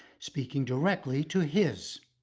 speaking directly to his.